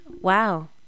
wow